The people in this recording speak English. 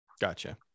Gotcha